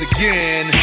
again